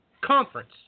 conference